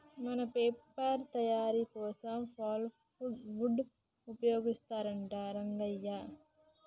మన పేపర్ తయారీ కోసం పల్ప్ వుడ్ ని ఉపయోగిస్తారంట రంగయ్య